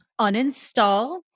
uninstall